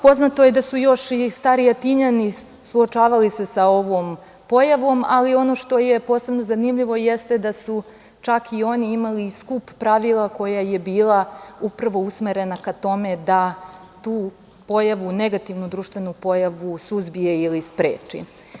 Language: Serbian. Poznato je da su se još i stari Atinjani suočavali sa ovom pojavom, ali ono što je posebno zanimljivo jeste da su čak i oni imali skup pravila koja su bila upravo usmerena ka tome da tu pojavu, negativnu društvenu pojavu, suzbije ili spreči.